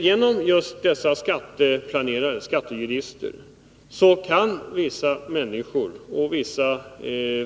Genom just dessa skatteplanerare, dessa skattejurister kan vissa människor och vissa